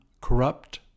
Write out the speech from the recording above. corrupt